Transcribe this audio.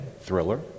Thriller